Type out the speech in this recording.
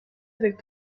avec